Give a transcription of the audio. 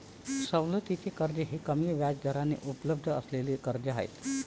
सवलतीचे कर्ज हे कमी व्याजदरावर उपलब्ध असलेले कर्ज आहे